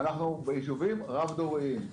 ואנחנו ביישובים רב דוריים.